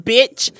Bitch